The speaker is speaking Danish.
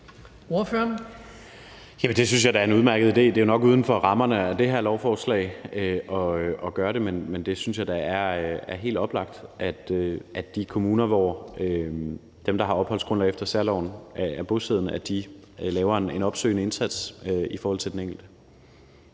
Det synes jeg da er en udmærket idé. Det er jo nok uden for rammerne af det her lovforslag at gøre det, men jeg synes da, det er helt oplagt, at de kommuner, hvor dem, der har opholdsgrundlag efter særloven, er bosiddende, laver en opsøgende indsats i forhold til den enkelte.